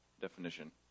definition